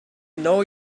know